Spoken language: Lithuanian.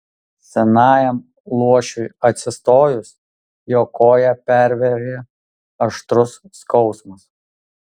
senajam luošiui atsistojus jo koją pervėrė aštrus skausmas